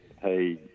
Hey